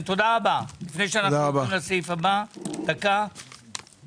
‏ב' טבת תשפ"ג 26 בדצמבר 2022 לכבוד מר ערן יעקב